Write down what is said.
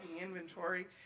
inventory